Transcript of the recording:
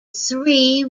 three